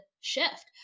shift